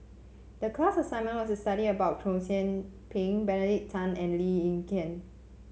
the class assignment was to study about Chow Yian Ping Benedict Tan and Lee Ek Tieng